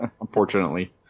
Unfortunately